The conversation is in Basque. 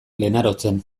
lenarotzen